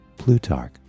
Plutarch